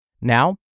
Now